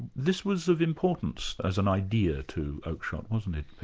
this was of importance as an idea to oakeshott, wasn't it